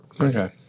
Okay